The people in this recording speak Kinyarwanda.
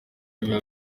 biba